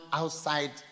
outside